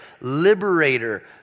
Liberator